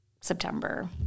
September